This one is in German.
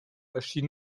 erschien